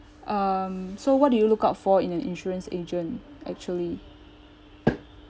um so what do you look out for in an insurance agent actually